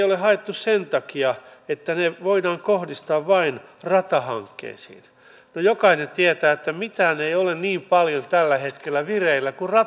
toivon että hallitus tekee tämän keskustelun jälkeen suunnanmuutoksen ja ottaa vakavasti myös sen että kansalaiset todellakin tahtovat kuulla mille perusteluille periaatteille päätöksenteko tässä talossa perustuu